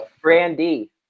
Brandy